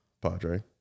Padre